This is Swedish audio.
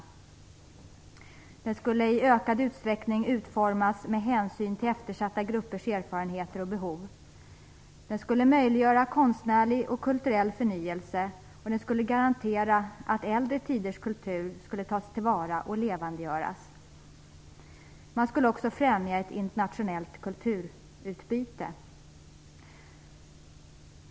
Kulturpolitiken skulle i ökad utsträckning utformas med hänsyn till eftersatta gruppers erfarenheter och behov. Kulturpolitiken skulle möjliggöra konstnärlig och kulturell förnyelse och garantera att äldre tiders kultur skulle tas till vara och levandegöras. Man skulle också främja ett internationellt kulturutbyte.